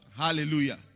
Hallelujah